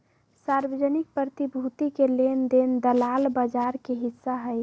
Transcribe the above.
सार्वजनिक प्रतिभूति के लेन देन दलाल बजार के हिस्सा हई